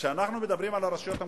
כשאנחנו מדברים על הרשויות המקומיות,